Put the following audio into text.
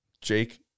Jake